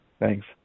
Thanks